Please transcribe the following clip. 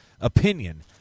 opinion